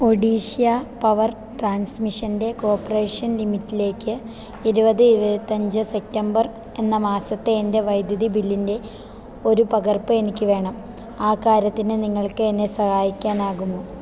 Odisha power transmission corporation ലിമിറ്റഡിലേക്ക് ഇരുപത് ഇരുപത്തിയഞ്ച് സെപ്റ്റംബർ എന്ന മാസത്തെ എൻ്റെ വൈദ്യുതി ബില്ലിൻ്റെ ഒരു പകർപ്പ് എനിക്ക് വേണം അക്കാര്യത്തില് നിങ്ങൾക്കെന്നെ സഹായിക്കാനാകുമോ